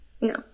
no